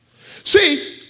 See